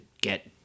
get